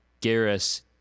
Garrus